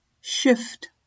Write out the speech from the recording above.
Shift